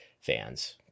fans